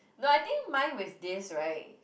no I think mine was this [right]